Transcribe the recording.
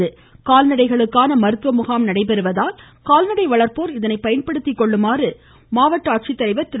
அன்றைய தினம் கால்நடைகளுக்கான மருத்துவ முகாம் நடைபெறுவதால் கால்நடை வளர்ப்போர் இதனை பயன்படுத்திக் கொள்ளுமாறு மாவட்ட ஆட்சித்தலைவர் திரு